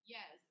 Yes